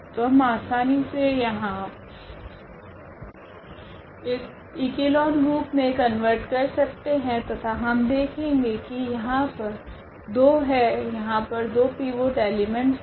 तो हम आसानी से यहाँ इस इक्लोन रूप मे कन्वर्ट कर सकते है तथा हम देखेगे की यहा पर 2 है यहाँ पर 2 पिवोट एलीमेंटस है